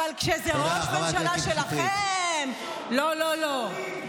אבל כשזה ראש ממשלה שלכם, לא לא לא.